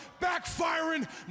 backfiring